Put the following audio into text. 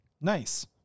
Nice